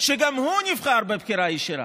שגם הוא נבחר בבחירה ישירה,